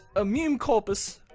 a meum corpus!